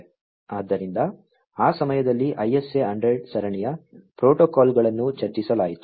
ಆದ್ದರಿಂದ ಆ ಸಮಯದಲ್ಲಿ ISA 100 ಸರಣಿಯ ಪ್ರೋಟೋಕಾಲ್ಗಳನ್ನು ಚರ್ಚಿಸಲಾಯಿತು